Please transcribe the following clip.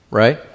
right